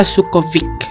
Sukovic